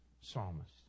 psalmist